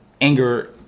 anger